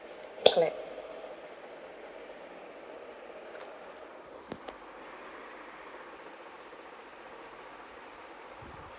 clap